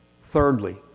Thirdly